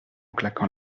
claquant